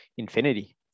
Infinity